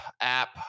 app